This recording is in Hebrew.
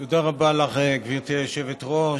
תודה רבה, גברתי היושבת-ראש.